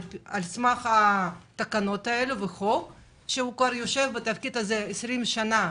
על סמך התקנות האלה בחוק, הוא בתפקיד הזה 20 שנה,